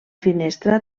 finestra